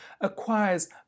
acquires